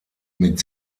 mit